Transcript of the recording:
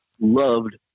loved